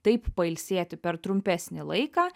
taip pailsėti per trumpesnį laiką